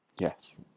Yes